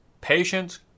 patience